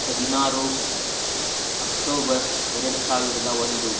ಹದಿನಾರು ಅಕ್ಟೋಬರ್ ಎರಡು ಸಾವಿರದ ಒಂದು